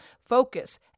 focus